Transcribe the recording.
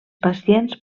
pacients